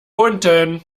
unten